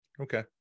Okay